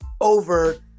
over